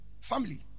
family